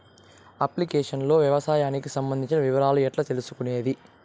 Application లో వ్యవసాయానికి సంబంధించిన వివరాలు ఎట్లా తెలుసుకొనేది?